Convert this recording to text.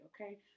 okay